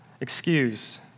excuse